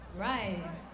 right